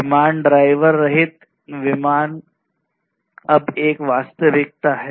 विमान ड्राइवर रहित विमान अब एक वास्तविकता हैं